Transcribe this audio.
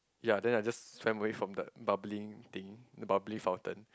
ya then I just swam away from the bubbling thing the bubbly fountain